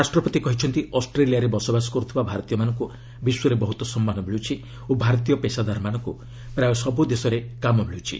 ରାଷ୍ଟ୍ରପତି କହିଛନ୍ତି ଅଷ୍ଟ୍ରେଲିଆରେ ବସବାସ କରୁଥିବା ଭାରତୀୟମାନଙ୍କୁ ବିଶ୍ୱରେ ବହୁତ ସମ୍ମାନ ମିଳୁଛି ଓ ଭାରତୀୟ ପେସାଦାରମାନଙ୍କୁ ପ୍ରାୟ ସବୁଦେଶରେ କାମ ମିଳୁଛି